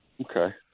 Okay